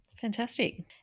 Fantastic